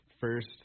first